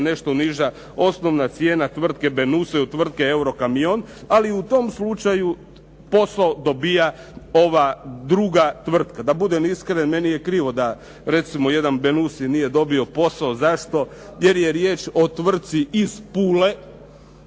nešto niža osnovna cijena tvrtke Benussi od tvrtke Eurokamion, ali u tom slučaju posao dobiva ova druga tvrtka. Da budem iskren, meni je krivo da recimo jedan Benussi nije dobio posao. Zašto? Jer je riječ o tvrtci iz Pule,